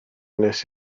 wnes